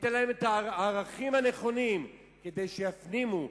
ניתן להם את הערכים הנכונים כדי שיפנימו,